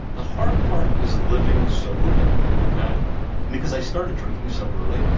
the hard part is living soberly ok because i started drinking so early,